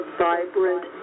vibrant